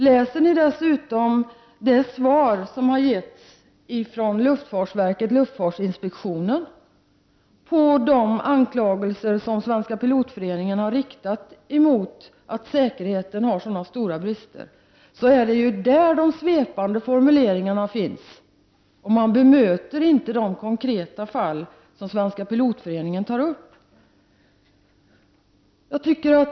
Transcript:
Om man dessutom läser det svar som har avlämnats av luftfartsinspektionen på de anklagelser som Svenska pilotföreningen har riktat mot de stora bristerna i flygsäkerheten, finner man ju att det är där som de svepande formuleringarna finns. Inspektionen bemöter inte de konkreta fall. som Svenska pilotföreningen tar upp.